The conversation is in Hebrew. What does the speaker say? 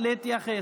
לא מתביישים.